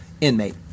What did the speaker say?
inmate